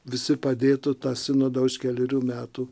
visi padėtų tą sinodą už kelerių metų